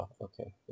okay